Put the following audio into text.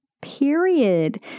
period